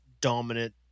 dominant